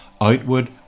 Outward